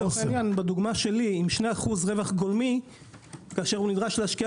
בדוגמה שלי עם 2% רווח גולמי כאשר נדרש להשקיע